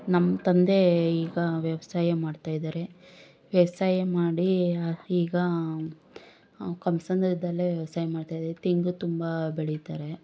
ನಮ್ಮ ತಂದೆ ಈಗ ವ್ಯವಸಾಯ ಮಾಡ್ತಾ ಇದ್ದಾರೆ ವ್ಯವಸಾಯ ಮಾಡಿ ಈಗ ಕಮ್ಮಸಂದ್ರದಲ್ಲೇ ವ್ಯವಸಾಯ ಮಾಡ್ತಾ ಇದ್ದು ತೆಂಗು ತುಂಬ ಬೆಳೀತಾರೆ